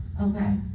Okay